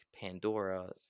Pandora